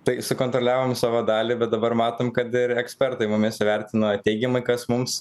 tai sukontroliavom savo dalį bet dabar matom kad ir ekspertai mumis įvertino teigiamai kas mums